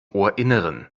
ohrinneren